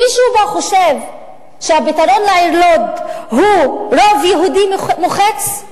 מישהו פה חושב שהפתרון לעיר לוד הוא רוב יהודי מוחץ?